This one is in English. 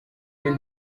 than